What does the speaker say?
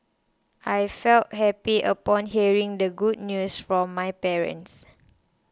I felt happy upon hearing the good news from my parents